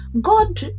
God